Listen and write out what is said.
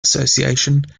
association